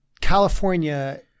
California